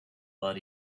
but